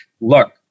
Look